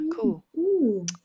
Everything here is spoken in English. cool